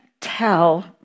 tell